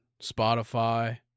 Spotify